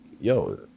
yo